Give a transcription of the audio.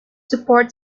support